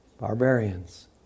Barbarians